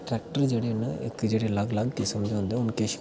tractor जेह्ड़े न इक जेह्ड़े अलग अलग किस्म दे होंदे न